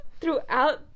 throughout